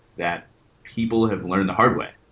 that people have learned the hard way,